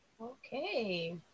Okay